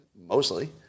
mostly